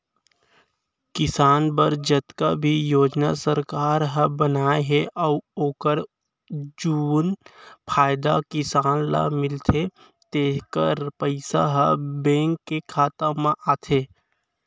किसान बर जतका भी योजना सरकार ह बनाए हे अउ ओकर जउन फायदा किसान ल मिलथे तेकर पइसा ह बेंक के खाता म आथे